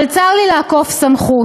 אבל צר לי לעקוף סמכות,